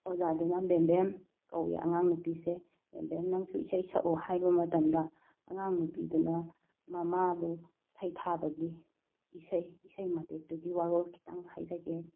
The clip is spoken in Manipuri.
ꯑꯣꯖꯥꯗꯨꯅ ꯕꯦꯝꯕꯦꯝ ꯀꯧꯏ ꯑꯉꯥꯡ ꯅꯨꯄꯤꯁꯦ ꯕꯦꯝꯕꯦꯝ ꯅꯪꯁꯨ ꯏꯁꯩ ꯁꯛꯎ ꯍꯥꯏꯕ ꯃꯇꯝꯗ ꯑꯉꯥꯡ ꯅꯨꯄꯤꯗꯨꯅ ꯃꯃꯥꯕꯨ ꯁꯩꯊꯥꯕꯒꯤ ꯏꯁꯩ ꯏꯁꯩ ꯃꯇꯦꯛꯇꯨꯒꯤ ꯋꯥꯔꯣꯜ ꯈꯤꯇꯪ ꯍꯥꯏꯖꯒꯦ